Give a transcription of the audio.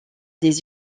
des